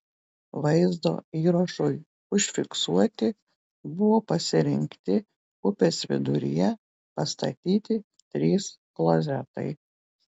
vaizdo įrašui užfiksuoti buvo pasirinkti upės viduryje pastatyti trys klozetai